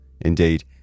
Indeed